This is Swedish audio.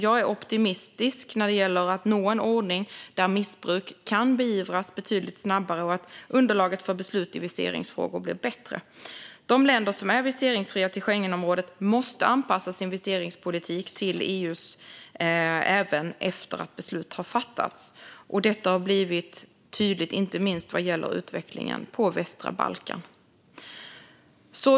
Jag är optimistisk när det gäller att nå en ordning där missbruk kan beivras betydligt snabbare och där underlaget för beslut i viseringsfrågor blir bättre. De länder som är viseringsfria till Schengenområdet måste anpassa sin viseringspolitik till EU:s även efter att beslut har fattats. Detta har blivit tydligt inte minst vad gäller utvecklingen på västra Balkan.